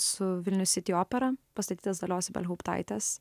su vilnius city opera pastatytas dalios ibelhauptaitės